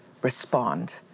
respond